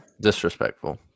disrespectful